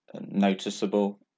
noticeable